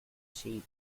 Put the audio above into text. cheap